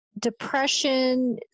Depression